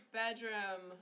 bedroom